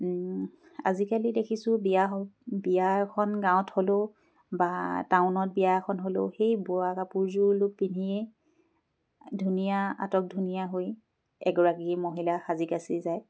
আজিকালি দেখিছোঁ বিয়া বিয়া এখন গাঁৱত হ'লেও বা টাউনত বিয়া এখন হ'লেও সেই বোৱা কাপোৰযোৰ পিন্ধিয়েই ধুনীয়া আটকধুনীয়া হৈ এগৰাকী মহিলা সাজি কাচি যায়